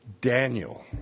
Daniel